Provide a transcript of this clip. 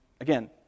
again